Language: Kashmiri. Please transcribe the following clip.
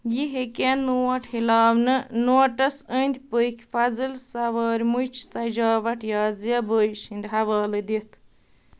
یہِ ہیٚکیٛاہ نوٹ ہِلاونہٕ نوٹَس أنٛدۍ پٔکۍ فضل سوٲرۍمٕچ سجاوٹ یا زیبٲیِش ہِنٛدۍ حوالہٕ دِتھ